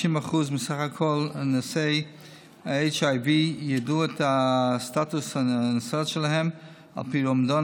90% מסך כל נשאי ה-HIV ידעו את סטטוס הנשאות שלהם על פי אומדן